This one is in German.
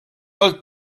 soll